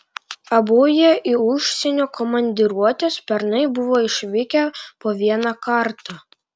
abu jie į užsienio komandiruotes pernai buvo išvykę po vieną kartą